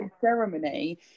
ceremony